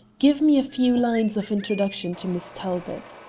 give me a few lines of introduction to miss talbot.